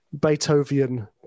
beethoven